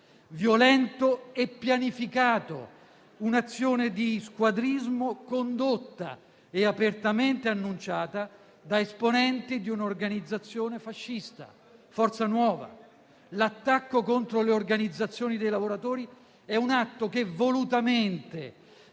violento e pianificato; un'azione di squadrismo condotta e apertamente annunciata da esponenti di un'organizzazione fascista, Forza Nuova. L'attacco contro le organizzazioni dei lavoratori è un atto che volutamente